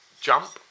Jump